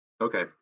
Okay